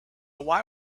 why